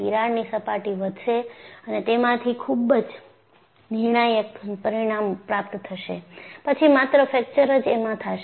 તિરાડની સપાટી વધશે અને તેમાંથી ખુબ જ નિર્ણાયક પરિમાણ પ્રાપ્ત થાશે પછી માત્ર ફ્રેકચર જ એમાં થાશે